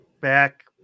back